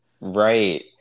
Right